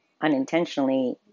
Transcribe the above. unintentionally